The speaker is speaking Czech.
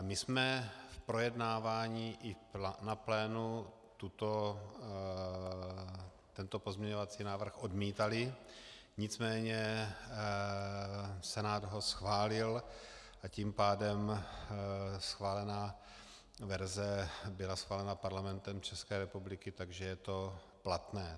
My jsme v projednávání i na plénu tento pozměňovací návrh odmítali, nicméně Senát ho schválil, a tím pádem schválená verze byla schválena Parlamentem České republiky, takže je to platné.